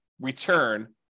return